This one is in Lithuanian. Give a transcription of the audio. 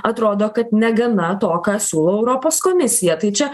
atrodo kad negana to ką siūlo europos komisija tai čia